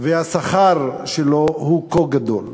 והשכר שלו הוא כה גדול.